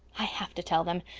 i have to tell them.